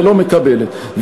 ולא מקבלת.